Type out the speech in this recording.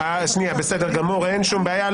בסדר גמור, אין שום בעיה.